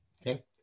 okay